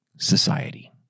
society